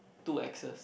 two axes